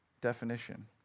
definition